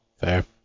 Fair